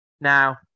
Now